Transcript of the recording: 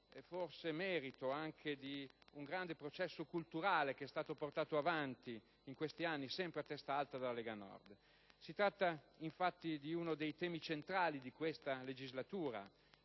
è anche merito del grande processo culturale che è stato portato avanti in questi anni, sempre a testa alta, dalla Lega Nord. Si tratta, infatti, di uno dei temi centrali di questa legislatura: